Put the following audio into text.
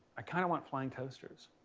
i kind of want flying toasters.